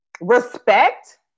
respect